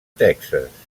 texas